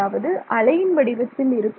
அதாவது அலையின் வடிவத்தில் இருக்கும்